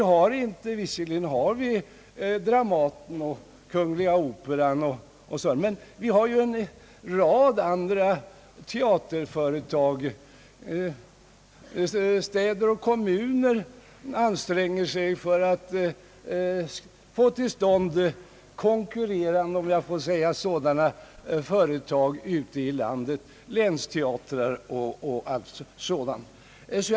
Visserligen har vi Dramaten och Kungl. Operan etc., men vi har en rad andra teaterföretag. Städer och kommuner anstränger sig för att skapa konkurrerande — om jag så får säga — företag ute i landet, länsteatrar etc.